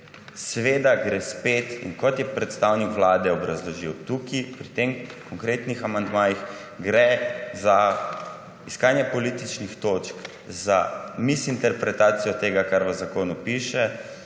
seveda gre spet in kot je predstavnik Vlade obrazložil, tukaj pri teh konkretnih amandmajih gre za iskanje političnih točk za misinterpretacijo tega kar v zakonu piše,